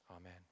Amen